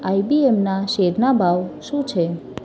આઈ B એમનાં શૅરના ભાવ શું છે